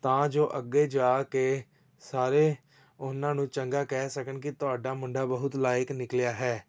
ਤਾਂ ਜੋ ਅੱਗੇ ਜਾ ਕੇ ਸਾਰੇ ਉਹਨਾਂ ਨੂੰ ਚੰਗਾ ਕਹਿ ਸਕਣ ਕਿ ਤੁਹਾਡਾ ਮੁੰਡਾ ਬਹੁਤ ਲਾਇਕ ਨਿਕਲਿਆ ਹੈ